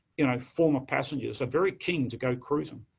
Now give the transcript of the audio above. you know, former passengers are very keen to go cruising.